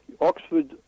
Oxford